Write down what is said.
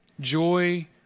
joy